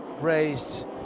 raised